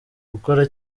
gukora